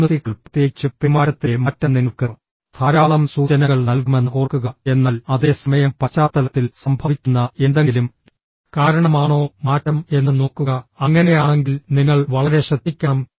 മൂന്ന് സി കൾ പ്രത്യേകിച്ചും പെരുമാറ്റത്തിലെ മാറ്റം നിങ്ങൾക്ക് ധാരാളം സൂചനകൾ നൽകുമെന്ന് ഓർക്കുക എന്നാൽ അതേ സമയം പശ്ചാത്തലത്തിൽ സംഭവിക്കുന്ന എന്തെങ്കിലും കാരണമാണോ മാറ്റം എന്ന് നോക്കുക അങ്ങനെയാണെങ്കിൽ നിങ്ങൾ വളരെ ശ്രദ്ധിക്കണം